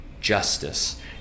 justice